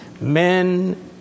men